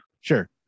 Sure